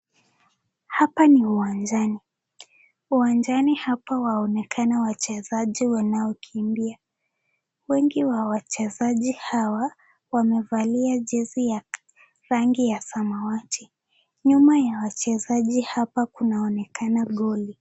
Hapa ni uwanjani, uwanjani hapa waonekana wachezaji wanaokimbia, wengi wao wa wachezaji hawa wamevalia jezi ya rangi ya samawati, nyuma ya wachezaji hapa kunaonekana goli.